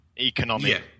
economic